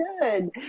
good